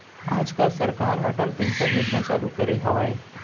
आज काल सरकार ह अटल पेंसन योजना चालू करे हवय